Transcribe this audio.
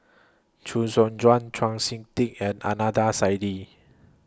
Chee Soon Juan Chau Sik Ting and Ananda Saidi